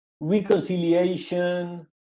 reconciliation